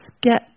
get